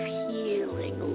healing